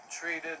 treated